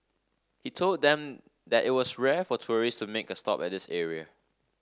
he told them that it was rare for tourists to make a stop at this area